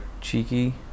cheeky